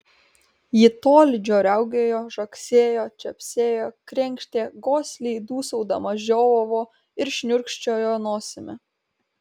ji tolydžio riaugėjo žagsėjo čepsėjo krenkštė gosliai dūsaudama žiovavo ir šniurkščiojo nosimi